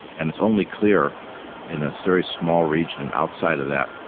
and it's only clear in a very small region and outside of that,